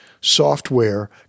software